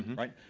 right?